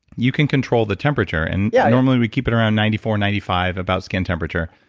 you can control the temperature and yeah normally we keep it around ninety four ninety five about skin temperature.